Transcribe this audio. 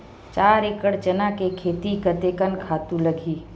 चार एकड़ चना के खेती कतेकन खातु लगही?